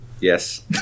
Yes